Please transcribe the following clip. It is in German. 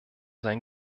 sein